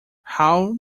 how